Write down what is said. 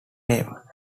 name